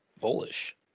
bullish